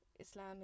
islam